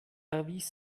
erwies